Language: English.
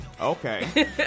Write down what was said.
Okay